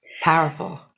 Powerful